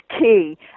key